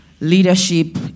leadership